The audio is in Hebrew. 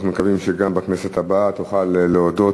אנחנו מקווים שגם בכנסת הבאה תוכל להודות